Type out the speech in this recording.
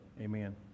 Amen